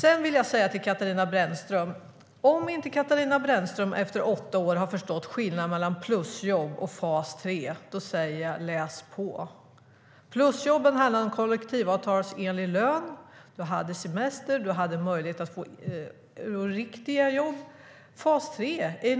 Sedan vill jag säga följande till Katarina Brännström: Om Katarina Brännström efter åtta år inte har förstått skillnaden mellan plusjobb och fas 3 - läs på! Plusjobben innebar kollektivavtalsenlig lön. Du hade semester och möjlighet att få ett riktigt jobb. Fas 3 är